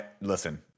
Listen